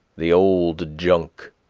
the old junk,